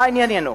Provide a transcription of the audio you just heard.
לענייננו.